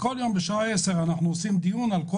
וכל יום בשעה 10 אנחנו עורכים דיון על כל